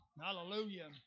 Hallelujah